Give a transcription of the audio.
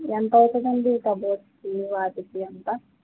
ఎంతవుతదండి కబోర్డ్స్కి వాటికి ఎంత